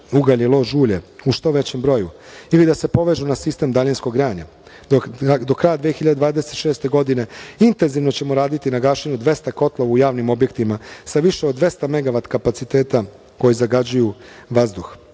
ugalj i lož ulje u što većem broju ili da se povežu na sistem daljinskog grejanja. Do kraja 2026. godine intenzivno ćemo raditi na gašenju 200 kotlova u javnim objektima sa više od 200 megavata kapaciteta koji zagađuju vazduh. Vlada